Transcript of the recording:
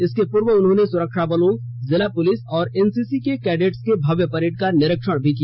इसके पूर्व उन्होंने सुरक्षाबलों जिला पुलिस व एनसीसी के कैडेट्स के भव्य परेड का निरीक्षण किया